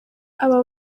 aba